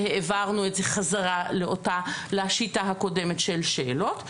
והעברנו את זה חזרה לשיטה הקודמת של שאלות.